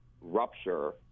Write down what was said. rupture